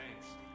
thanks